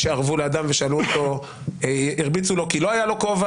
שארבו לאדם והרביצו לו כי לא היה לו כובע,